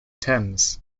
thames